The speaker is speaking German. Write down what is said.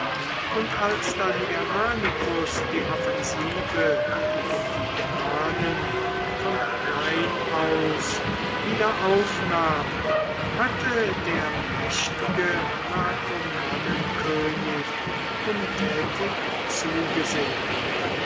und als dann germanicus die offensive gegen die germanen vom rhein aus wieder aufnahm hatte der mächtige markomannenkönig untätig zugesehen